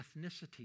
ethnicity